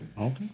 Okay